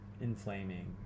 inflaming